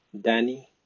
Danny